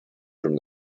from